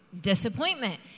disappointment